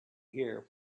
hear